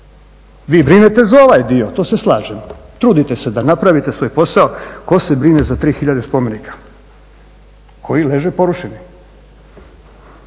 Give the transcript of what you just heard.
Vi brinete za ovaj dio, to se slažem, trudite se da napravite svoj posao. Tko se brine za 3000 spomenika koji leže porušeni.